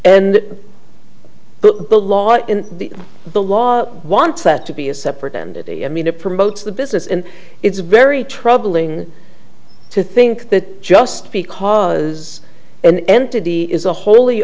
and the law in the the law wants that to be a separate entity and mean it promotes the business and it's very troubling to think that just because an entity is a wholly